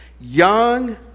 young